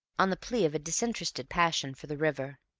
on the plea of a disinterested passion for the river.